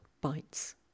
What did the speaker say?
Bites